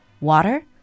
water